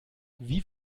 wie